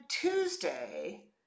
tuesday